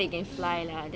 mm